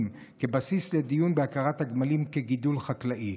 כבסיס לדיון בהכרת הגמלים כגידול חקלאי.